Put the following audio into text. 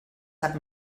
sap